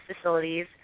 facilities